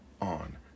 on